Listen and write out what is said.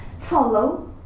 follow